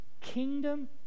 kingdom